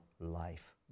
life